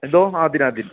എന്തോ ആദിൻ ആദിൻ